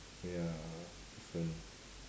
ya different